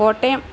Kottayam